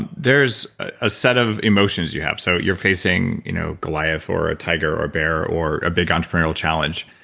and there's a set of emotions you have. so you're facing you know goliath or a tiger or a bear or a big entrepreneurial challenge,